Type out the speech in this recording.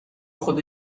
خدا